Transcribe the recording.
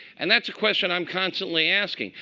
and that's a question i'm constantly asking.